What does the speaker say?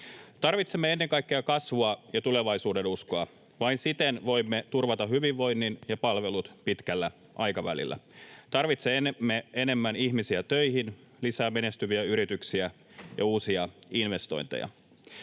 Tarvitsemme ennen kaikkea kasvua ja tulevaisuudenuskoa. Vain siten voimme turvata hyvinvoinnin ja palvelut pitkällä aikavälillä. Tarvitsemme enemmän ihmisiä töihin, lisää menestyviä yrityksiä ja uusia investointeja.